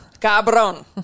cabron